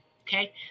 Okay